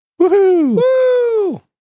Woohoo